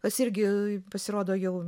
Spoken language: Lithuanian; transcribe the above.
kas irgi pasirodo jau